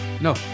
No